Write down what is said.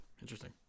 Interesting